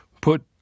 put